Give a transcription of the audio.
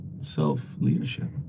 self-leadership